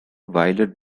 violet